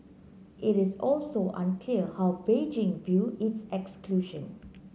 it is also unclear how Beijing view its exclusion